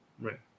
Right